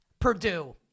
Purdue